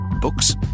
Books